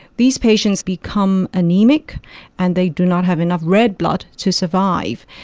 these patients become anaemic and they do not have enough red blood to survive.